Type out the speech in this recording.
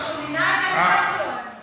גם כשהוא, הוא לא האמין.